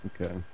Okay